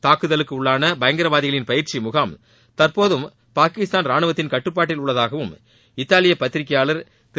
தூக்குதலுக்கு உள்ளான பயங்கரவாதிகளின் பயிற்சி முகாம் தற்டோதும் பாகிஸ்தான் ராணுவத்தின் கட்டுப்பாட்டில் உள்ளதாகவும் இத்தாலிய பத்திரிகையாளர் திரு